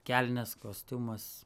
kelnės kostiumas